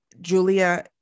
julia